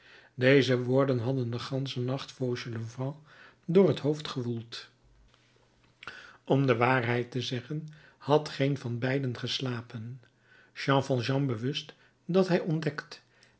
deze woorden hadden den ganschen nacht fauchelevent door t hoofd gewoeld om de waarheid te zeggen had geen van beiden geslapen jean valjean bewust dat hij ontdekt